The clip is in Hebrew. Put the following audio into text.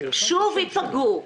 שוב ייפגעו.